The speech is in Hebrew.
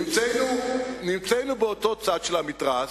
נמצאנו באותו צד של המתרס,